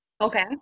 Okay